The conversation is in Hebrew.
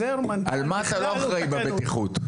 על מה אתה לא אחראי בבטיחות?